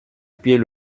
pied